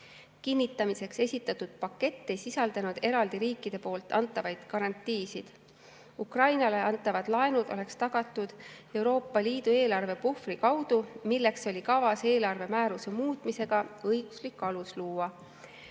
Kinnitamiseks esitatud pakett ei sisaldanud eraldi riikide antavaid garantiisid. Ukrainale antavad laenud oleks tagatud Euroopa Liidu eelarvepuhvri kaudu, milleks oli kavas eelarvemääruse muutmisega õiguslik alus luua.